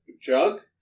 jug